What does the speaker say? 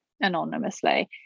anonymously